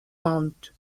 mount